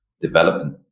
development